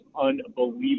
unbelievable